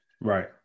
Right